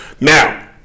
Now